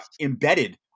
embedded